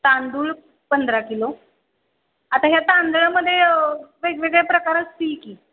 तांदूळ पंधरा किलो आता ह्या तांदळामध्ये वेगवेगळे प्रकार असतील